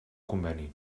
conveni